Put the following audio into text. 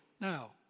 now